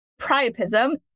priapism